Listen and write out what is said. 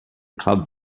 club